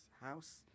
house